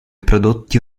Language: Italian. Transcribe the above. prodotti